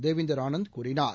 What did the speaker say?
தேவிந்தர் ஆனந்த் கூறினார்